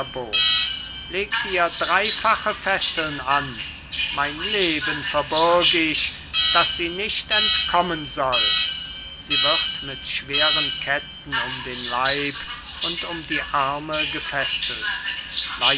legt ihr dreifache fesseln an mein leben verbürg ich daß sie nicht entkommen soll sie wird mit schweren ketten um den leib und um die arme gefesselt